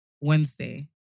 Wednesday